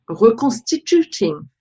reconstituting